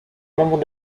membre